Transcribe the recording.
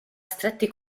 stretti